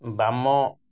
ବାମ